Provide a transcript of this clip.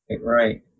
right